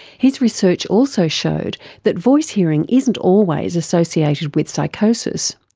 his research also showed that voice hearing isn't always associated with psychosis.